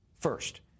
First